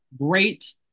great